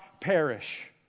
perish